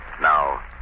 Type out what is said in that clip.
Now